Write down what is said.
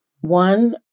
One